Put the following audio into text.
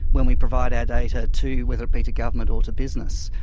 when we provide our data to, whether it be to government or to business.